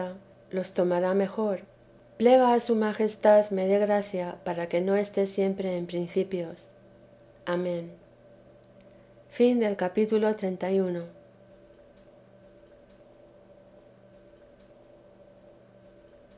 los tomará mejor plega a su majestad me dé gracia para que no esté siempre en principios amén